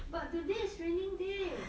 but today is raining day